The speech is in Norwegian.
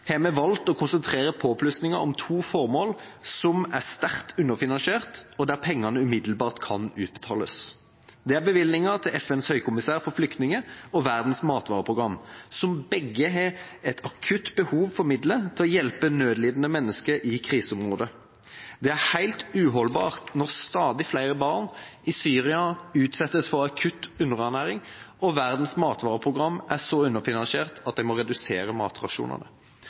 har vi valgt å konsentrere påplussingen om to formål som er sterkt underfinansiert, og der pengene umiddelbart kan utbetales. Det er bevilgninger til FNs høykommissær for flyktninger og Verdens matvareprogram, som begge har et akutt behov for midler til å hjelpe nødlidende mennesker i kriseområder. Det er helt uholdbart når stadig flere barn i Syria utsettes for akutt underernæring og Verdens matvareprogram er så underfinansiert, at de må redusere matrasjonene.